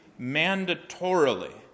mandatorily